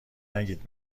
نگید